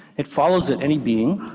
it follows that any being,